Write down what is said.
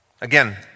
Again